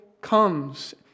comes